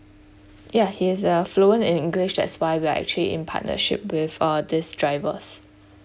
yeah he's uh fluent in english that's why we are actually in partnership with uh these drivers